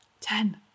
ten